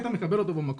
היית מקבל אותו במקום.